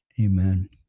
amen